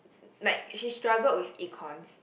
like she struggled with Econs